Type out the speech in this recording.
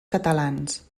catalans